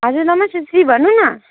हजुर नमस्ते दिदी भन्नु न